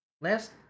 last